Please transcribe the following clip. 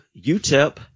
UTEP